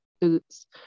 boots